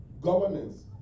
governance